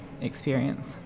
experience